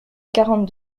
quarante